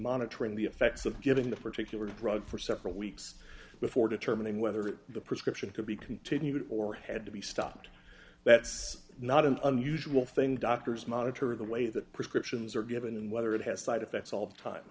monitoring the effects of getting the particular drug for several weeks before determining whether the prescription could be continued or had to be stopped that's not an unusual thing doctors monitor the way that prescriptions are given and whether it has side effects all the time